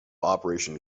operation